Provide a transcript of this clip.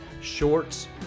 shorts